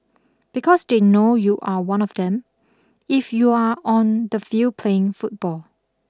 because they know you are one of them if you are on the field playing football